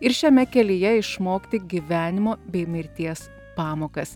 ir šiame kelyje išmokti gyvenimo bei mirties pamokas